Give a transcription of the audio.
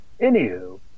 Anywho